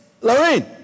Lorraine